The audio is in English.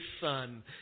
son